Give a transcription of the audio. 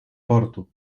portu